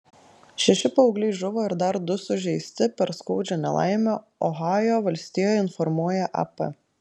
šeši paaugliai žuvo ir dar du sužeisti per skaudžią nelaimę ohajo valstijoje informuoja ap